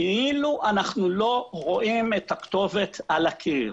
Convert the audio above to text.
כאילו אנחנו לא רואים את הכתובת על הקיר.